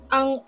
Ang